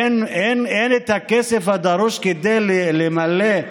ואין הכסף הדרוש כדי למלא,